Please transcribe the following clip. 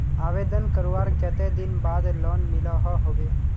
आवेदन करवार कते दिन बाद लोन मिलोहो होबे?